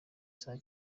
saa